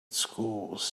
schools